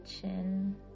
chin